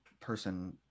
person